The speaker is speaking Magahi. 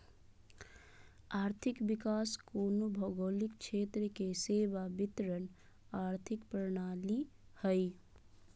आर्थिक विकास कोनो भौगोलिक क्षेत्र के सेवा वितरण आर्थिक प्रणाली हइ